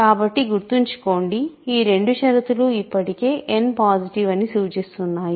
కాబట్టి గుర్తుంచుకోండి ఈ రెండు షరతులు ఇప్పటకే n పాసిటివ్ అని సూచిస్తున్నాయి